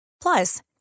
Plus